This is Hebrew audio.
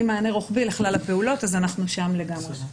מענה רוחבי לכלל הפעולות אז אנחנו שם לגמרי.